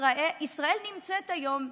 ישראל נמצאת היום,